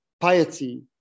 piety